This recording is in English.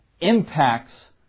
impacts